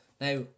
Now